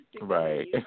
Right